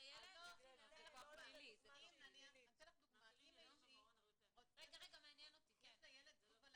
אני אתן דוגמה אם לילד יש זבוב על